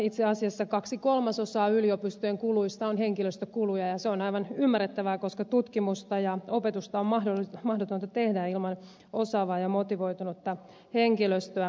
itse asiassa kaksi kolmasosaa yliopistojen kuluista on henkilöstökuluja ja se on aivan ymmärrettävää koska tutkimusta ja opetusta on mahdotonta tehdä ilman osaavaa ja motivoitunutta henkilöstöä